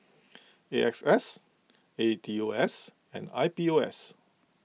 A X S A E T O S and I P O S